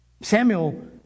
Samuel